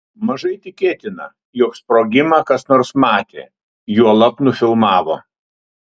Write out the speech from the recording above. mažai tikėtina jog sprogimą kas nors matė juolab nufilmavo